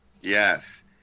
Yes